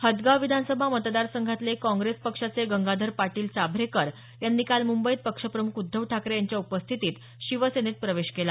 हदगाव विधानसभा मतदारसंघातले काँग्रेस पक्षाचे गंगाधर पाटील चाभरेकर यांनी काल मुंबईत पक्षमुख उद्धव ठाकरे यांच्या उपस्थितीत शिवसेनेत प्रवेश केला